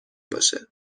باشه